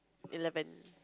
eleven